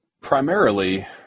primarily